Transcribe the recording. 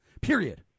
Period